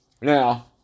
now